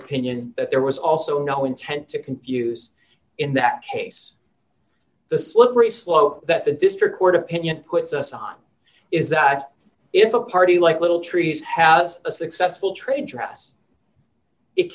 opinion that there was also no intent to confuse in that case the slippery slope that the district court opinion puts us on is that if a party like little trees has a successful train traps it